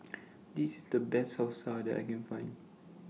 This IS The Best Salsa that I Can Find